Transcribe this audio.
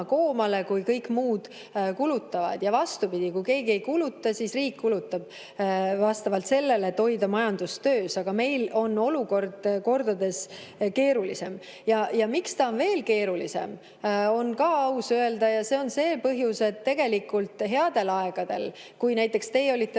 koomale, kui kõik muud kulutavad, ja vastupidi, kui keegi ei kuluta, siis riik kulutab, et hoida majandus töös. Aga meil on olukord kordades keerulisem. Ja miks ta on veel keerulisem, on ka aus öelda. Põhjus on see, et tegelikult headel aegadel, kui näiteks teie olite